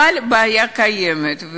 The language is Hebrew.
אבל הבעיה קיימת,